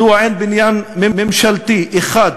מדוע אין בניין ממשלתי אחד